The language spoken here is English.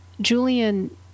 Julian